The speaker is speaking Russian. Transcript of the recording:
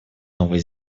новой